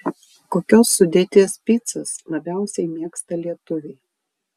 kokios sudėties picas labiausiai mėgsta lietuviai